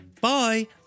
Bye